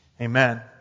Amen